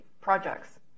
projects